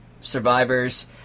survivors